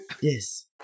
Yes